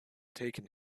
taken